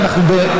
בישראל,